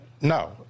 No